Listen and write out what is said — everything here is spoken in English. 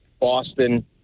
Boston